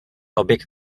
objekt